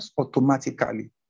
automatically